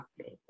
Okay